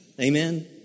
Amen